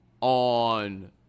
on